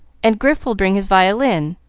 and grif will bring his violin,